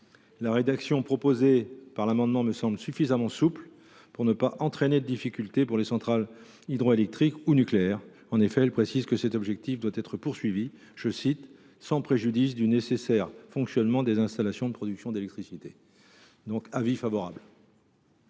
la rédaction de cet amendement me semble suffisamment souple pour ne pas entraîner de difficultés pour les centrales hydroélectriques ou nucléaires. En effet, elle précise que cet objectif doit être poursuivi « sans préjudice du nécessaire fonctionnement des installations de production d’électricité ». Pour ces raisons,